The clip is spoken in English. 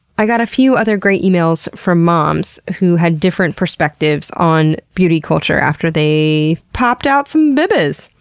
i got a few other great emails from moms who had different perspectives on beauty culture after they popped out some babies.